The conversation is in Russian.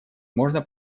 можно